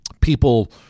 people